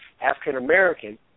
African-American